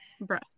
Bruh